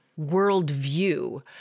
worldview